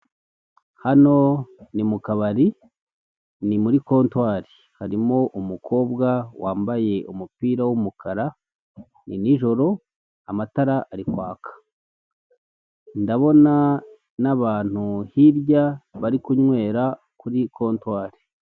Hano ni mu kabari ni muri kontwari harimo umukobwa wambaye umupira w'umukara ni nijoro amatara ari kwaka. Ndabona n'abantu hirya bari kunywera kuri kontwari.